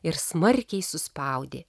ir smarkiai suspaudė